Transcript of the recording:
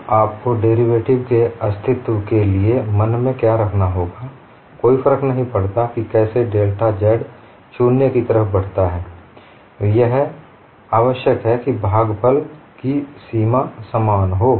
तो आपको डेरिवेटिव के अस्तित्व के लिए मन में क्या रखना होगा कोई फर्क नहीं पड़ता कि कैसे डेल्टा z शून्य की तरफ बढता है यह आवश्यक है कि भागफल की सीमा समान हो